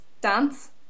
dance